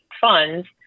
funds